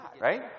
Right